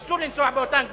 אסור להם לנסוע באותם כבישים.